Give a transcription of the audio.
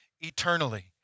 eternally